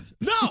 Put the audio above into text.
No